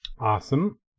Awesome